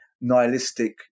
nihilistic